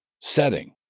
setting